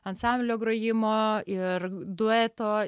ansamblio grojimo ir dueto